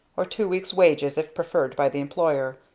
or two weeks' wages if preferred by the employer.